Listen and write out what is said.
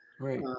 right